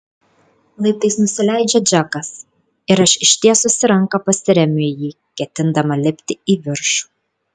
laiptais nusileidžia džekas ir aš ištiesusi ranką pasiremiu į jį ketindama lipti į viršų